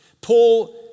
Paul